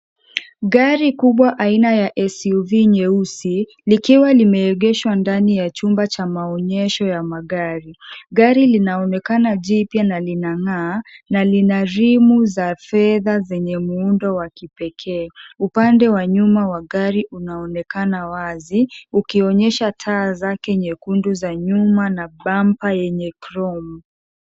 Gari kubwa aina ya SUV nyeusi likiwa limeegeshwa ndani ya chumba cha maonyesho ya magari. Gari linaonekana jipya na linang'aa na lina rimu za fedha zenye muundo wa kipekee. Upande wa nyuma wa gari unaonekana wazi ukionyesha taa zake nyekundu za nyuma na bumber yenye chrome .